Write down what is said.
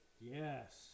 yes